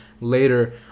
later